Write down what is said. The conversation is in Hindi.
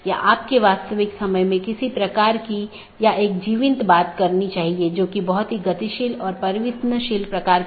2 अपडेट मेसेज राउटिंग जानकारी को BGP साथियों के बीच आदान प्रदान करता है